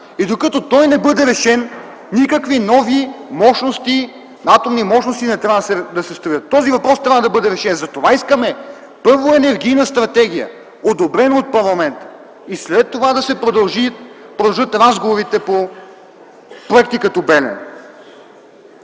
Докато той не бъде решен, никакви нови атомни мощности не трябва да се строят. Този въпрос трябва да бъде решен. Затова искаме първо енергийна стратегия, одобрена от парламента, и след това да се продължат разговорите по проекти като